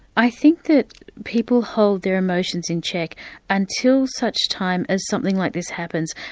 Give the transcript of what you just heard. i think that people hold their emotions in check until such time as something like this happens.